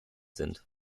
sind